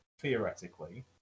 theoretically